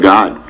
God